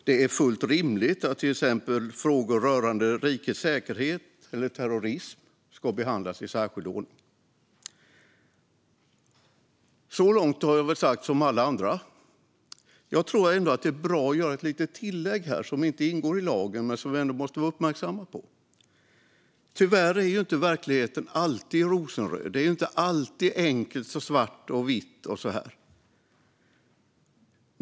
Det är fullt rimligt att frågor rörande till exempel rikets säkerhet eller terrorism behandlas i särskild ordning. Så långt har jag väl sagt som alla andra. Men jag tror ändå att det är bra att göra ett litet tillägg som inte ingår i lagen men som vi måste vara uppmärksamma på. Tyvärr är verkligheten inte alltid rosenröd. Det är inte alltid enkelt, svart och vitt och så vidare.